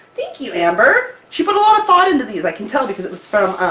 thank you amber! she put a lot of thought into these, i can tell because it was from,